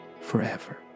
forever